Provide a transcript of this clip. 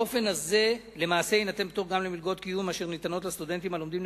באופן הזה למעשה יינתן פטור גם למלגות קיום אשר ניתנות לסטודנטים הלומדים